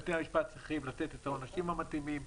בתי המשפט צריכים לתת את העונשים המתאימים,